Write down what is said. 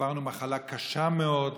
עברנו מחלה קשה מאוד,